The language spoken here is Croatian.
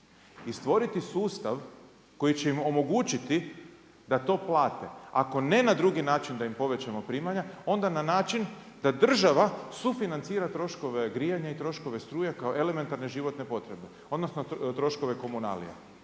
i stvoriti sustav koji će im omogućiti da to plate. Ako nema drugi način da im povećano primanja, onda na način, da država sufinancira troškove grijanja i troškove struje, kao elementarne životne potrebe, odnosno, troškove komunalija.